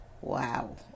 Wow